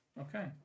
Okay